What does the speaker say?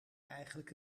eigenlijk